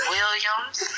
Williams